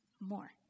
More